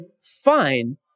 Fine